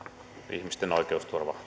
ihmisten oikeusturva